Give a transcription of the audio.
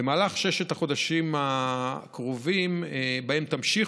במהלך ששת החודשים הקרובים שבהם תמשיך